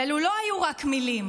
ואלו לא היו רק מילים.